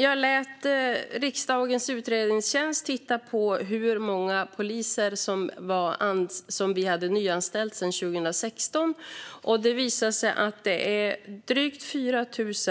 Jag lät riksdagens utredningstjänst titta på hur många poliser vi nyanställt sedan 2016. Det visar sig att drygt 4